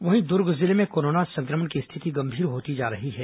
वहीं दुर्ग जिले में कोरोना संक्रमण की स्थिति गंभीर होती जा रही है